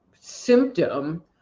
symptom